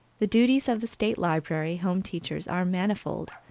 the duties of the state library home teachers are manifold.